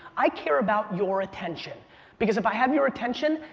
i care about your attention because if i have your attention,